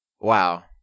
Wow